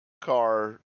car